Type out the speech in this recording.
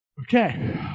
okay